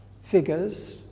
figures